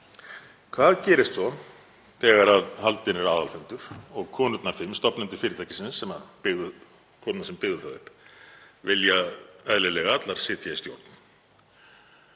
Hvað gerist svo þegar haldinn er aðalfundur og konurnar fimm, stofnendur fyrirtækisins, konurnar sem byggðu það upp, vilja eðlilega allar sitja í stjórn?